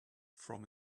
from